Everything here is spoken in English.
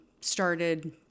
started